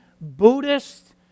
Buddhist